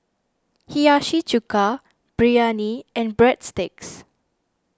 Hiyashi Chuka Biryani and Breadsticks